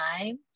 time